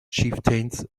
chieftains